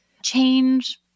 change